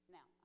Now